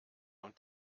und